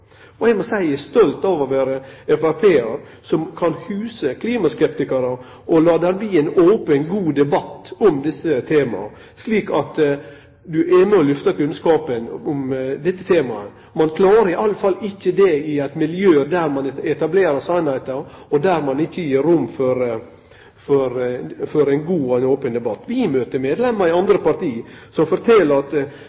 Eg må seie eg er stolt over å vere i FrP, som kan huse klimaskeptikarar. Lat det bli ein open og god debatt om desse tema, slik at ein er med på å lufte kunnskapen om dette temaet. Ein klarer iallfall ikkje det i eit miljø der ein etablerer sanningar, og der ein ikkje gir rom for ein god og open debatt. Vi møter medlemer i andre